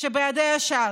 שבידי ש"ס,